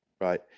Right